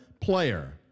player